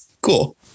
cool